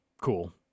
cool